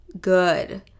good